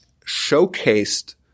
showcased